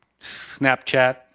Snapchat